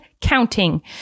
counting